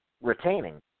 Retaining